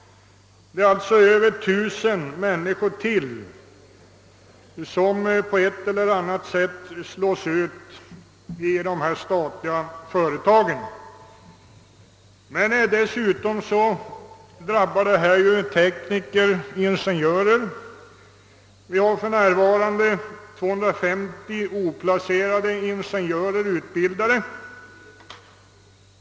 Det är alltså fråga om ytterligare över tusentalet människor, vilka på ett eller annat sätt slås ut vid dessa statliga företag. Dessutom drabbas tekniker och ingenjörer. För närvarande har vi 250 utbildade ingenjörer som är oplacerade.